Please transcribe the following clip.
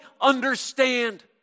understand